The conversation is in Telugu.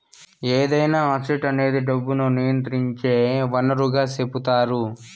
ఏదైనా అసెట్ అనేది డబ్బును నియంత్రించే వనరుగా సెపుతారు